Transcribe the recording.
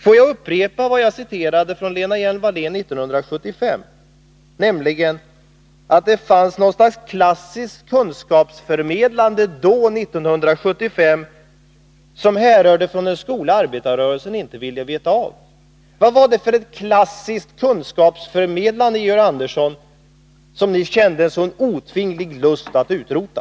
Får jag upprepa vad jag citerade från Lena Hjelm-Walléns uttalande 1975 om att det då fanns något slags klassiskt kunskapsförmedlande som härrörde från den skola som arbetarrörelsen inte ville veta av. Vad var det för klassiskt kunskapsförmedlande, Georg Andersson, som ni kände sådan obetvinglig lust att utrota?